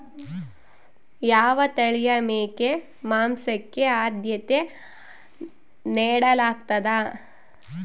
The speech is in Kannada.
ಯಾವ ತಳಿಯ ಮೇಕೆ ಮಾಂಸಕ್ಕೆ, ಆದ್ಯತೆ ನೇಡಲಾಗ್ತದ?